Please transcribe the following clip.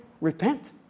repent